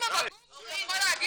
בטוח?